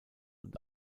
und